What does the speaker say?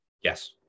Yes